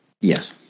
Yes